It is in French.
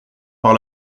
par